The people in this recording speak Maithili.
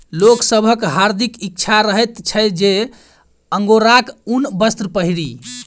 लोक सभक हार्दिक इच्छा रहैत छै जे अंगोराक ऊनी वस्त्र पहिरी